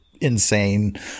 insane